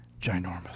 ginormous